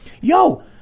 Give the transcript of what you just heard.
Yo